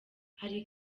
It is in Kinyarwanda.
hari